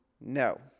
No